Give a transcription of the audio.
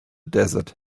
desert